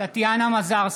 טטיאנה מזרסקי,